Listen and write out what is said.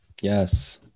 Yes